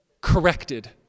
corrected